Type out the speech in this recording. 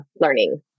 learning